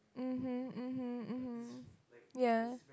mmhmm mmhmm mmhmm yeah